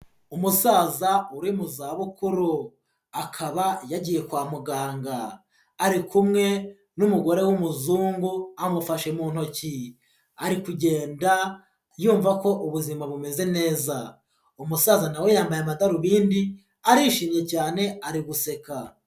Umusaza uri mu zabukuru akaba yagiye kwa muganga, ari kumwe n'umugore w'umuzungu amufashe mu ntoki, ari kugenda yumva ko ubuzima bumeze neza, umusaza na we yambaye amadarubindi arishimye cyane ari guseka.